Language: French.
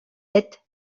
sept